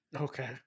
Okay